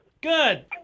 Good